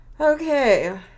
okay